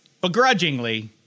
begrudgingly